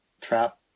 trap